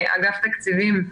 אגף התקציבים,